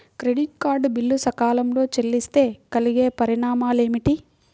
Credit card bill సకాలంలో చెల్లిస్తే కలిగే పరిణామాలేమిటి?